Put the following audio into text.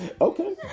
Okay